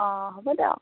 অ' হ'ব দক